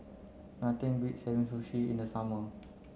nothing beats having Sushi in the summer